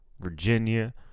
Virginia